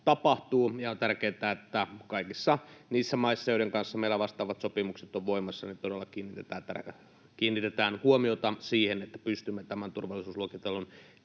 tärkeätä, että kaikissa niissä maissa, joiden kanssa meillä vastaavat sopimukset ovat voimassa, todella kiinnitetään huomiota siihen, että pystymme tämän turvallisuusluokitellun